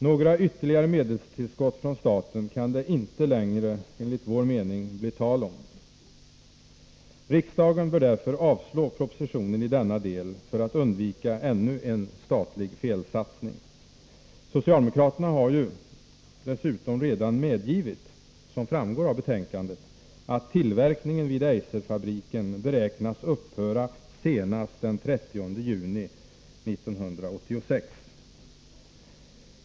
Några 67 ytterligare medelstillskott från staten kan det enligt vår mening inte längre bli tal om. Riksdagen bör därför avslå propositionen i denna del för att undvika ännu en statlig felsatsning. Socialdemokraterna har ju dessutom redan medgivit — som framgår av betänkandet — att tillverkningen vid Eiserfabriken beräknas upphöra senast den 30 juni 1986.